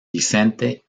vicente